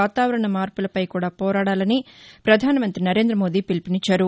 వాతావరణ మార్పులపై కూడా పోరాడాలని పధానమంతి నరేందమోదీ పిలుపునిచ్చారు